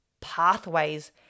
pathways